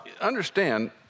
understand